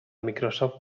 microsoft